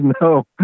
no